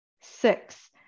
Six